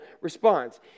response